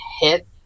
hit